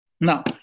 Now